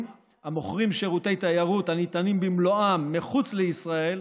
המוכרים שירותי תיירות הניתנים במלואם מחוץ לישראל,